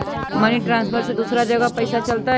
Money transfer से दूसरा जगह पईसा चलतई?